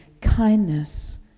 Kindness